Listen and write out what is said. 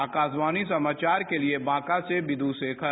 आकाशवाणी समाचार के लिए बांका से बिदु शेखर